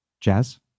Jazz